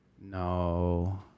No